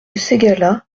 ségala